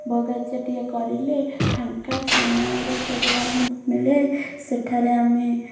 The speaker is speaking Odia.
ବଗିଚାଟିଏ କରିଲେ ଫାଙ୍କା ସମୟ ଯେତେବେଳେ ଆମକୁ ମିଳେ ସେଠାରେ ଆମେ